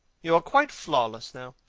you are quite flawless now.